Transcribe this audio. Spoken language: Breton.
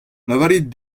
lavarit